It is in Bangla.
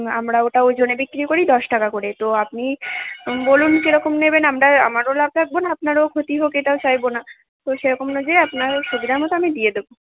আমরা ওটা ওই জন্যে বিক্রি করি দশ টাকা করে তো আপনি বলুন কীরকম নেবেন আমরা আমারও লাভ রাখবো না আপনারও ক্ষতি হোক এটাও চাইবো না তো সেইরকম অনুযায়ী আপনার সুবিধামতো আমি দিয়ে দেবো